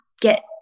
get